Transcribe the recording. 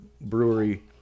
brewery